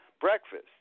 breakfast